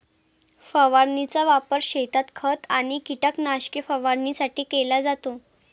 फवारणीचा वापर शेतात खत आणि कीटकनाशके फवारणीसाठी केला जातो